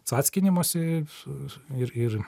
cackinimosi ir ir